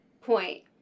point